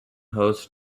hosts